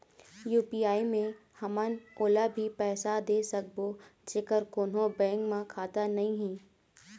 UPI मे हमन ओला भी पैसा दे सकबो जेकर कोन्हो बैंक म खाता नई हे?